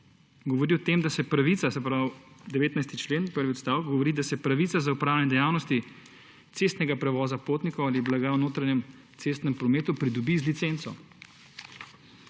govori o tem, da se pravica, se pravi, 19. člen, prvi odstavek govori, da se pravica za upravljanje dejavnosti cestnega prevoza potnikov ali blaga v notranjem cestnem prometu pridobi z licenco.